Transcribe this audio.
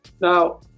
Now